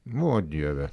o dieve